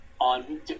on